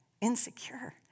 Insecure